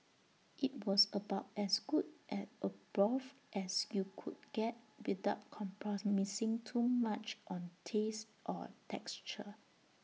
IT was about as good as A broth as you could get without compromising too much on taste or texture